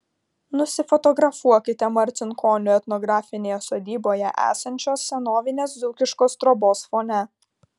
nusifotografuokite marcinkonių etnografinėje sodyboje esančios senovinės dzūkiškos trobos fone